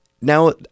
Now